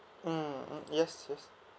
mmhmm yes yes